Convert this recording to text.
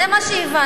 זה מה שהבנתי.